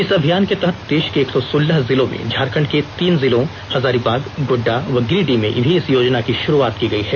इस अमियान के तहत देश के एक सौ सोलह जिलों में झारखंड के तीन जिलों हजारीबाग गोड्डा व गिरिडीह में भी इस योजना की शुरूआत की गयी है